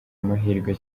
amahirwe